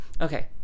okay